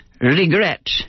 Regret